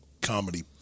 comedy